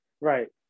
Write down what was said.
Right